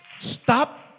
Stop